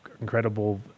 incredible